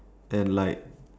and like